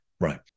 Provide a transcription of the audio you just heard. right